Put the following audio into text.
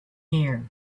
here